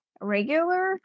regular